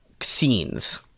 scenes